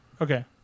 Okay